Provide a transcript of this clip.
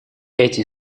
эти